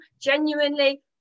genuinely